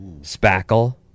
Spackle